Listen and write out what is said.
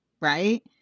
right